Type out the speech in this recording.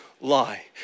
lie